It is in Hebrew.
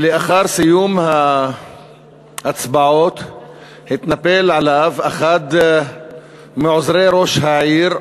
לאחר סיום ההצבעות התנפל עליו אחד מעוזרי ראש העיר,